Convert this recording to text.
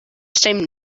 same